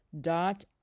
dot